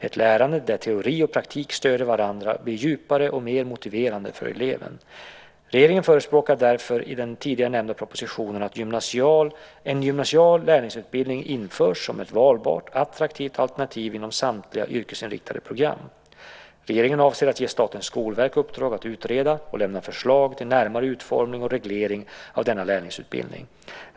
Ett lärande där teori och praktik stöder varandra blir djupare och mer motiverande för eleven. Regeringen förespråkar därför i den tidigare nämnda propositionen att en gymnasial lärlingsutbildning införs som ett valbart, attraktivt alternativ inom samtliga yrkesinriktade program. Regeringen avser att ge Statens skolverk i uppdrag att utreda och lämna förslag till närmare utformning och reglering av denna lärlingsutbildning.